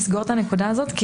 לסגור את הנקודה הזאת,